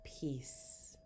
peace